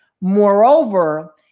Moreover